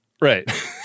Right